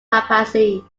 papacy